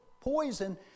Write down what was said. poison